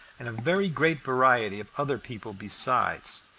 and a very great variety of other people besides.